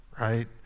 right